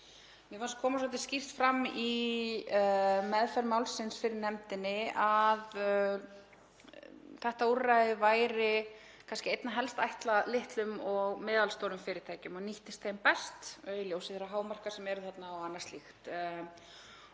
Mér fannst koma svolítið skýrt fram í meðferð málsins fyrir nefndinni að þetta úrræði væri kannski einna helst ætlað litlum og meðalstórum fyrirtækjum og nýttist þeim best í ljósi þeirra hámarka sem eru þarna og annað slíkt.